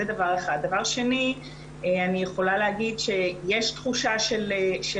בתוך הבית יש סוג של מצב שלא